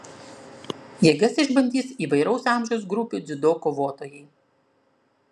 jėgas išbandys įvairaus amžiaus grupių dziudo kovotojai